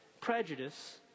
prejudice